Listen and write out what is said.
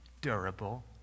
durable